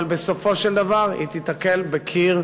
אבל בסופו של דבר היא תיתקל בקיר,